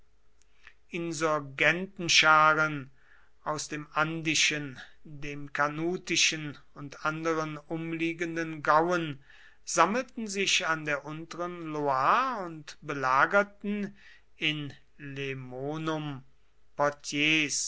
insurgentenscharen aus dem andischen dem carnutischen und anderen umliegenden gauen sammelten sich an der unteren loire und belagerten in lemonum